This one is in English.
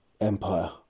empire